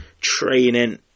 training